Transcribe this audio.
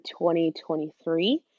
2023